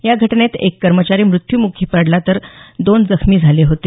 या घटनेत एक कर्मचारी मृत्यूमुखी पडला होता तर दोन जखमी झाले होते